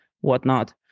whatnot